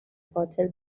قاتل